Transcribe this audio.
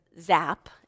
zap